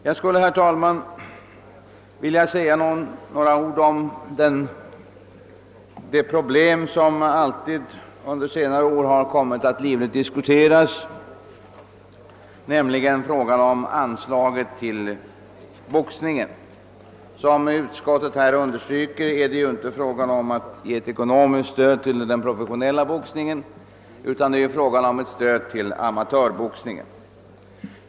Jag skulle vidare vilja säga några ord om det problem som alltid under senare år har kommit att livligt diskuteras i detta sammanhang, nämligen frågan om anslaget till boxningen. Såsom utskottet understryker, är det inte fråga om att ge ett ekonomiskt stöd till den professionella boxningen utan det gäller ett stöd till amatörboxningen.